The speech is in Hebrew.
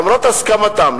למרות הסכמתן,